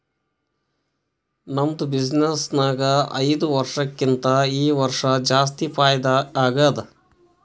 ನಮ್ದು ಬಿಸಿನ್ನೆಸ್ ನಾಗ್ ಐಯ್ದ ವರ್ಷಕ್ಕಿಂತಾ ಈ ವರ್ಷ ಜಾಸ್ತಿ ಫೈದಾ ಆಗ್ಯಾದ್